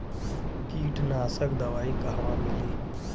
कीटनाशक दवाई कहवा मिली?